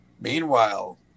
meanwhile